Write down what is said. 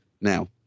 now